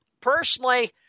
personally